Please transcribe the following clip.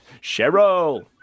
Cheryl